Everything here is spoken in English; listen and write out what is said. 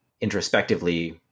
introspectively